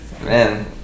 Man